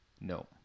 No